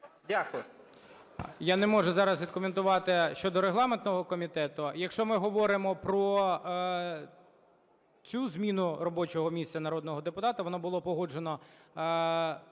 Я не можу зараз відкоментувати щодо регламентного комітету. Якщо ми говоримо про цю зміну робочого місця народного депутата, воно була погоджена